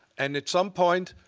and at some point,